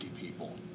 people